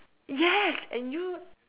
yes and you